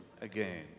again